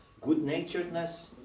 good-naturedness